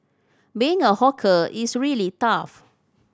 being a hawker is really tough